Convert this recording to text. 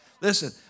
Listen